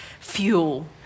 fuel